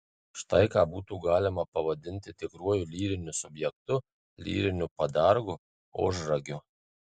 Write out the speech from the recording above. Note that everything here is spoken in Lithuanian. štai ką būtų galima pavadinti tikruoju lyriniu subjektu lyriniu padargu ožragiu